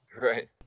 right